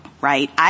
right